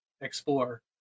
explore